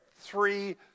three